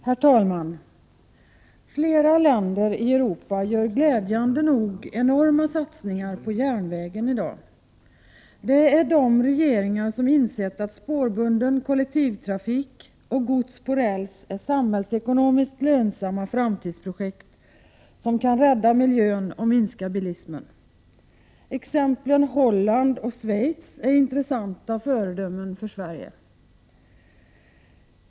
Herr talman! Flera länder i Europa gör, glädjande nog, enorma satsningar på järnvägen i dag. Det är de regeringar som har insett att spårbunden kollektivtrafik och gods på räls är samhällsekonomiskt lönsamma framtidsprojekt som kan rädda miljön och minska bilismen. Exemplen Holland och Schweiz är intressanta föredömen för Sverige.